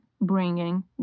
bringing